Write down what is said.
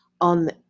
on